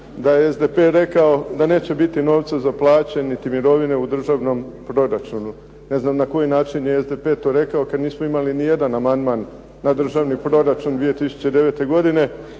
a je SDP rekao da neće biti novca za plaće niti mirovine u državnom proračunu. Ne znam na koji način je SDP to rekao kad nismo imali nijedan amandman na Državni proračun 2009. godine,